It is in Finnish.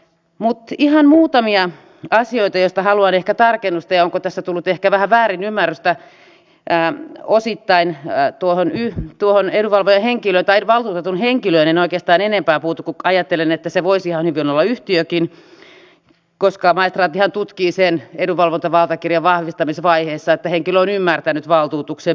mutta ihan muutamia asioita joista haluan ehkä tarkennusta ja onko tässä tullut ehkä vähän väärinymmärrystä osittain tuohon edunvalvojan henkilöön tai valtuutetun henkilöön en oikeastaan enempää puutu kun ajattelen että se voisi ihan hyvin olla yhtiökin koska maistraattihan tutkii sen edunvalvontavaltakirjan vahvistamisvaiheessa että henkilö on ymmärtänyt valtuutuksen merkityksen ja on ollut oikeustoimikelpoinen